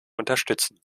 unterstützen